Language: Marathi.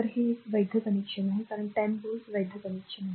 तर हे एक वैध कनेक्शन आहे कारण 10 व्होल्ट वैध कनेक्शन